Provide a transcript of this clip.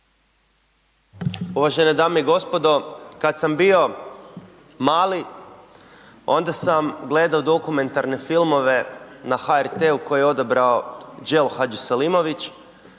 Uvažene dame i gospodo, kad sam bio mali onda sam gledao dokumentarne filmove na HRT-u koje je odabrao Đelo Hadžiselimović